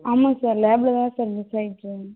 ஆமாம் சார் லேப்பில் தான் சார் மிஸ் ஆயிடுச்சு